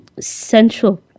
central